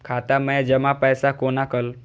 खाता मैं जमा पैसा कोना कल